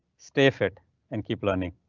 stay fit and keep learning.